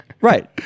Right